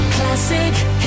Classic